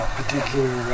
particular